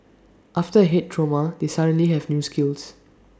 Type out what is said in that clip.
after A Head trauma they suddenly have new skills